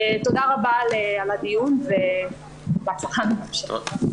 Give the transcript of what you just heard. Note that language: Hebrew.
תודה רבה על הדיון ובהצלחה בהמשך.